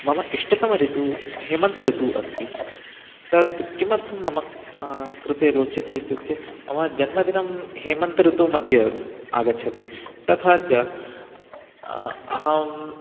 मम इष्टतमः ऋतुः हेमन्तर्तुः अस्ति तद् किमर्थं मम कृते रोचते इत्युक्ते मम जन्मदिनं हेमन्तर्तोः मध्ये अस्ति आगच्छति तथा च अहं